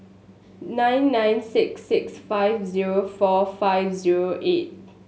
nine nine six six five zero four five zero eight